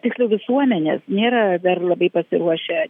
tiksliau visuomenės nėra dar labai pasiruošę